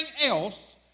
else